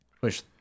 push